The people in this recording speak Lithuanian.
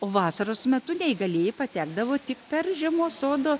o vasaros metu neįgalieji patekdavo tik per žiemos sodo